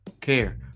care